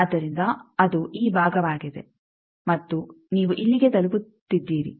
ಆದ್ದರಿಂದ ಅದು ಈ ಭಾಗವಾಗಿದೆ ಮತ್ತು ನೀವು ಇಲ್ಲಿಗೆ ತಲುಪುತ್ತಿದ್ದೀರಿ